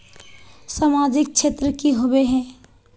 सामाजिक क्षेत्र की होबे है?